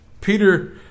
Peter